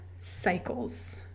cycles